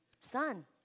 Son